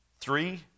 Three